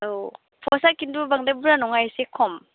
औ पस्टआ खिन्थु बांद्राय बुरजा नङा एसे खम